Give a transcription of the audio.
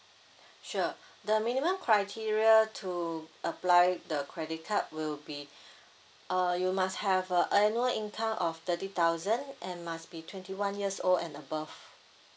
sure the minimum criteria to apply the credit card will be uh you must have a annual income of thirty thousand and must be twenty one years old and above